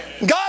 God